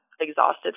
exhausted